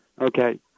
Okay